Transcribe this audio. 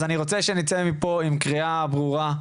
אז אני רוצה שנצא מפה עם קריאה ברורה,